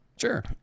sure